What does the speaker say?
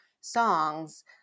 songs